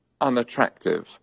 unattractive